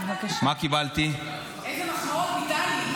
ראית איזה מחמאות קיבלת מטלי?